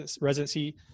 residency